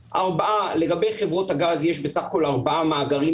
לגבי חברות הגז יש בסך הכול ארבעה מאגרים